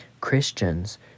Christians